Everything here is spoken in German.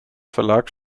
verlag